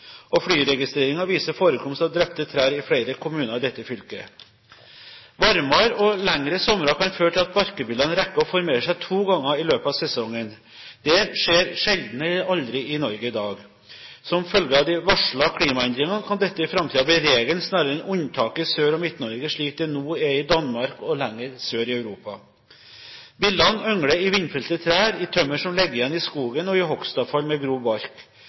viser forekomst av drepte trær i flere kommuner i dette fylket. Varmere og lengre somre kan føre til at barkbillene rekker å formere seg to ganger i løpet av sesongen. Det skjer sjelden eller aldri i Norge i dag. Som følge av de varslede klimaendringer kan dette i framtiden bli regelen snarere enn unntaket i Sør- og Midt-Norge, slik det nå er i Danmark og lenger sør i Europa. Billene yngler i vindfelte trær, i tømmer som ligger igjen i skogen, og i hogstavfall med